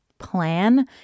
plan